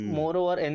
moreover